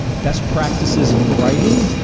best practices in writing,